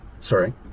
Sorry